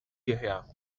hierher